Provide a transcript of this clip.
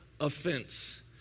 offense